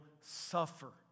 suffer